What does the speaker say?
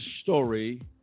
story